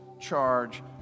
charge